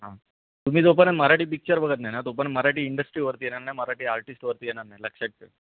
हां तुम्ही जोपर्यंत मराठी पिक्चर बघत नाही ना तोपर्यंत मराठी इंडस्ट्री वरती येणार नाही मराठी आर्टिस्ट वरती येणार नाही लक्षात